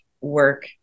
work